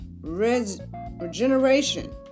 regeneration